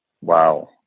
Wow